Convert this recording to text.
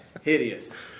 Hideous